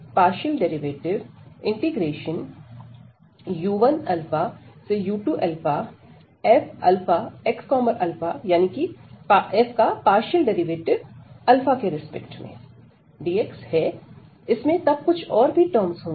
इसका के respect partial derivative u1u2fxαdx है इसमें तब कुछ और भी टर्म्स होगी